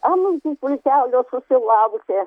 anūkų pulkelio susilaukė